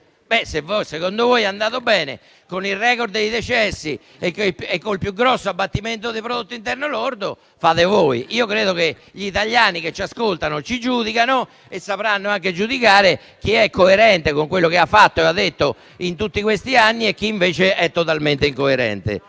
Se secondo voi è andata bene, con il *record* di decessi e con il più grosso abbattimento di prodotto interno lordo, fate voi. Io credo che gli italiani, che ci ascoltano e ci giudicano, sapranno anche giudicare chi è coerente con quello che ha fatto e ha detto in tutti questi anni e chi invece è totalmente incoerente.